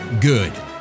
good